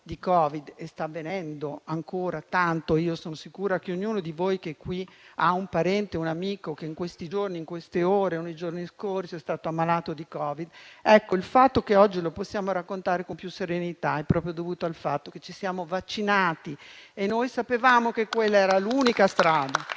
di Covid, e sta avvenendo ancora tanto - sono sicura che ognuno di voi ha un parente o un amico che in questi giorni, in queste ore o nei giorni scorsi è stato ammalato di Covid - se oggi lo possiamo raccontare con più serenità è proprio dovuto al fatto che ci siamo vaccinati. E noi sapevamo che quella era l'unica strada.